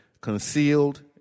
concealed